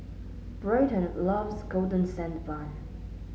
Bryton loves Golden Sand Bun